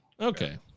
okay